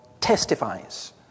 testifies